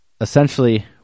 essentially